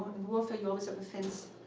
in warfare, you always have a fence,